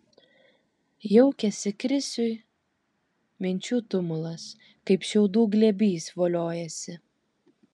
jaukiasi krisiui minčių tumulas kaip šiaudų glėbys voliojasi